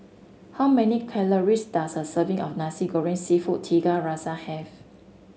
how many calories does a serving of Nasi Goreng seafood Tiga Rasa have